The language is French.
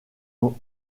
ont